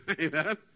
Amen